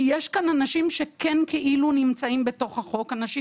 כי יש כאן אנשים שכאילו נמצאים בחוק אנשים